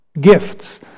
gifts